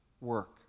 work